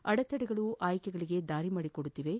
ಅಡೆತಡೆಗಳು ಆಯ್ಕೆಗಳಗೆ ದಾರಿ ಮಾಡಿಕೊಡುತ್ತಿವೆ